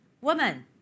Woman